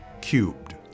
Cubed